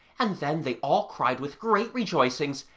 and then they all cried with great rejoicings,